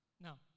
Now